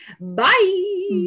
Bye